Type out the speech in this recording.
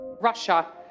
Russia